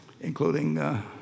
including